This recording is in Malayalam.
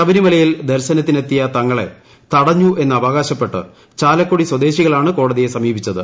ശബരിമലയിൽ ദർശനത്തിനെത്തിയ തങ്ങളെ തടഞ്ഞു എന്നവകാശപ്പെട്ട് ചാലക്കുടി സ്വദേശികളാണ് കോടതിയെ സമീപിച്ചത്